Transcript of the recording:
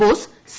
boss C